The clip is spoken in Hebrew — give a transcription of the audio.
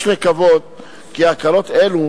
יש לקוות כי הקלות אלה